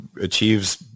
achieves